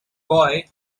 boy